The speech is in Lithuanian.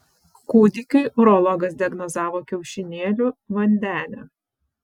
kūdikiui urologas diagnozavo kiaušinėlių vandenę